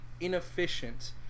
inefficient